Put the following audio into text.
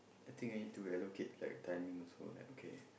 I think I need to allocate like timing or so like okay